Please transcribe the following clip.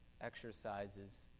exercises